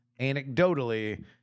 anecdotally